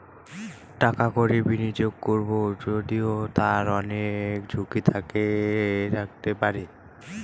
টাকা কড়ি বিনিয়োগ করবো যদিও তার অনেক ঝুঁকি থাকতে পারে